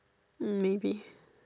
mm maybe